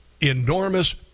enormous